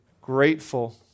grateful